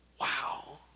Wow